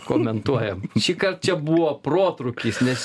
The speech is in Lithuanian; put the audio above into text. komentuojam šįkart čia buvo protrūkis nes